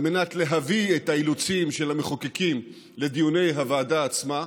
על מנת להביא את האילוצים של המחוקקים לדיוני הוועדה עצמה.